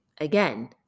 Again